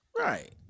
Right